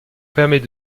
permet